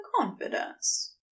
confidence